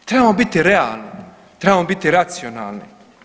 Trebamo biti realni, trebamo biti racionalni.